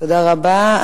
תודה רבה.